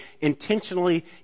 intentionally